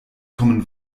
common